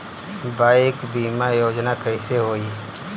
Bike बीमा योजना कैसे होई?